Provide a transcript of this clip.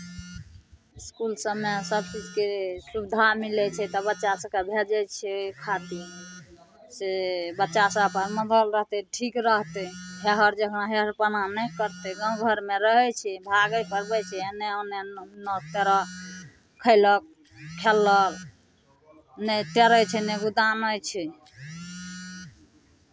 इसकुल सभमे सभकिछुके सुविधा मिलै छै तऽ बच्चा सभके भेजै छै एहि खातिर से बच्चासभ अपन लागल रहतै ठीक रहतै हेहर जेना हेहरपना नहि करतै गाँव घरमे रहै छै भागै भगबै छै एन्नऽ ओन्नऽ नओ तेरह खयलक खेललक नहि टेरै छै नहि गुदानै छै